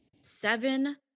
seven